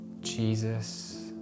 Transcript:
Jesus